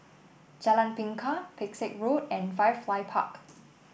Jalan Bingka Pesek Road and Firefly Park